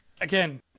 again